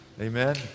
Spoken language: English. amen